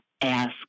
ask